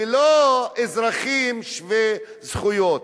ולא אזרחים שווי זכויות.